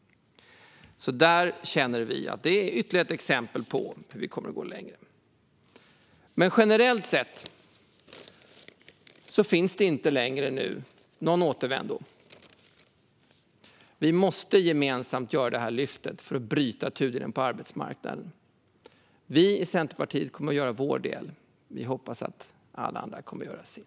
Det är ytterligare ett exempel på hur vi kommer att gå längre. Men generellt sett finns det inte längre någon återvändo. Vi måste gemensamt göra detta lyft för att bryta tudelningen på arbetsmarknaden. Vi i Centerpartiet kommer att göra vår del. Vi hoppas att alla andra kommer att göra sin.